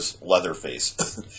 Leatherface